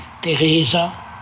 Teresa